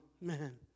man